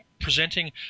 presenting